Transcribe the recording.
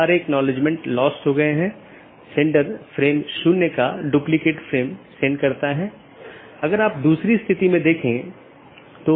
हम देखते हैं कि N1 R1 AS1 है यह चीजों की विशेष रीचाबिलिटी है